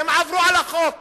והם עברו על החוק